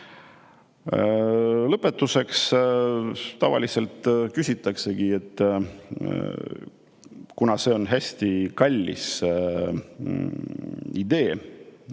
tagane. Lõpetuseks. Tavaliselt küsitaksegi, kuna see on hästi kallis idee,